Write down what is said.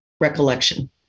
recollection